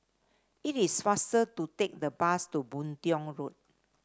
it is faster to take the bus to Boon Tiong Road